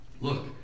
Look